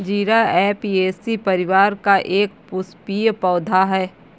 जीरा ऍपियेशी परिवार का एक पुष्पीय पौधा है